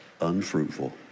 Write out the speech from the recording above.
unfruitful